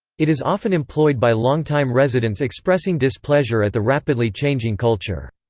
it is often employed by longtime residents expressing displeasure at the rapidly changing culture.